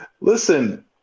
listen